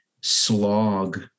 slog